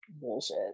bullshit